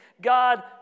God